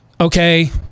okay